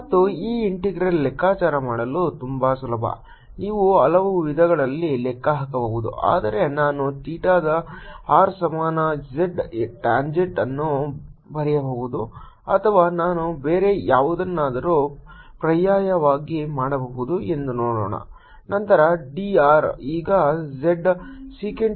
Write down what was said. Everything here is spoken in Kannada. ಮತ್ತು ಈ ಇಂಟೆಗ್ರಲ್ ಲೆಕ್ಕಾಚಾರ ಮಾಡಲು ತುಂಬಾ ಸುಲಭ ನೀವು ಹಲವು ವಿಧಗಳಲ್ಲಿ ಲೆಕ್ಕ ಹಾಕಬಹುದು ಆದರೆ ನಾನು ಥೀಟಾದ r ಸಮಾನ z ಟ್ಯಾಂಜೆಂಟ್ ಅನ್ನು ಬರೆಯಬಹುದು ಅಥವಾ ನಾನು ಬೇರೆ ಯಾವುದನ್ನಾದರೂ ಪರ್ಯಾಯವಾಗಿ ಮಾಡಬಹುದು ಎಂದು ನೋಡೋಣ ನಂತರ d r ಈಗ z secant ಸ್ಕ್ವೇರ್ ಥೀಟಾ ಆಗುತ್ತದೆ